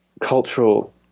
cultural